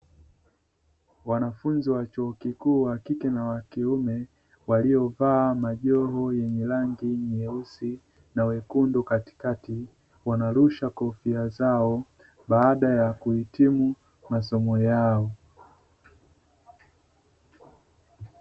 Wanafunzi wa chuo kikuu wa kike na wa kiume waliovaa majoho yenye rangi nyeusi na wekundu katikati, wanarusha kofia zao baada ya kuhitimu masomo yao.